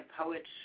poets